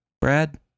Brad